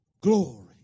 glory